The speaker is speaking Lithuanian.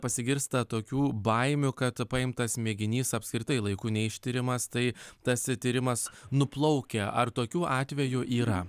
pasigirsta tokių baimių kad paimtas mėginys apskritai laiku neištiriamas tai tas tyrimas nuplaukia ar tokių atvejų yra